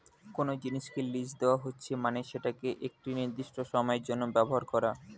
কোনো জিনিসকে লীজ দেওয়া হচ্ছে মানে সেটাকে একটি নির্দিষ্ট সময়ের জন্য ব্যবহার করা